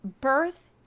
birth